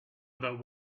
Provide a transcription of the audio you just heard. about